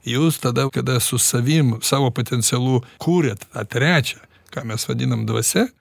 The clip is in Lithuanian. jūs tada kada su savim savo potencialu kuriat tą trečią ką mes vadinam dvasia